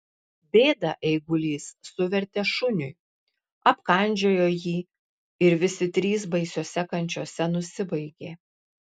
bėdą eigulys suvertė šuniui apkandžiojo jį ir visi trys baisiose kančiose nusibaigė